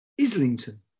Islington